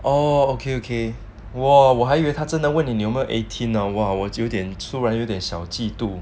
orh okay okay !wow! 我还以为他真的问你有没有 eighteen !wow! 我突然有点小激动